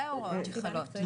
זה ההוראות שחלות.